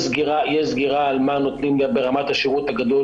יש סגירה על מה נותנים ברמת השירות הגדול